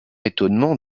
étonnement